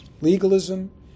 Legalism